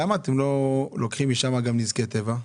למה אתם לא לוקחים משם גם נזקי טבע?